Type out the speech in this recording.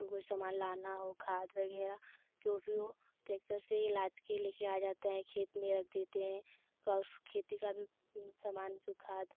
कोई समान लाना हो खाद वगैरह जो भी हो ट्रैक्टर से ही लाद कर ले कर आ जाता है खेत में रख देते है खेती का भी सामान खाद